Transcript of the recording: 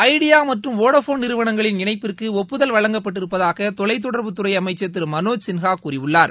idea மற்றும் Vodafone நிறுவனங்களின் இணைப்பிற்கு ஒப்புதல் வழங்கப்பட்டிருப்பதாக தொலைத்தொடர்புத் துறை அமைச்சர் திரு மனோஜ்சின்ஹா கூறியுள்ளார்